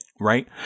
Right